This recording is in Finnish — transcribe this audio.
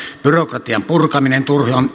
byrokratian purkaminen